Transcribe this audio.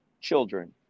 children